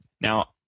Now